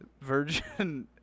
Virgin